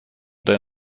der